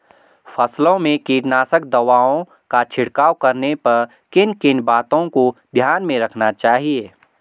फसलों में कीटनाशक दवाओं का छिड़काव करने पर किन किन बातों को ध्यान में रखना चाहिए?